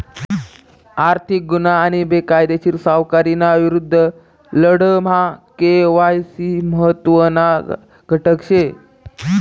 आर्थिक गुन्हा आणि बेकायदेशीर सावकारीना विरुद्ध लढामा के.वाय.सी महत्त्वना घटक शे